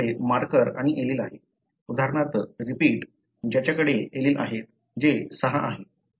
तुमच्याकडे मार्कर आणि एलील आहे उदाहरणार्थ रिपीट ज्याच्याकडे एलील आहेत जे 6 आहे